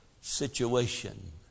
situation